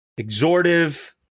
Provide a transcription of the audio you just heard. exhortive